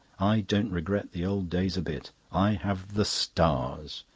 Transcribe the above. i don't regret the old days a bit. i have the stars.